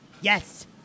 Yes